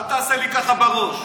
אל תעשה לי ככה בראש.